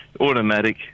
automatic